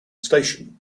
station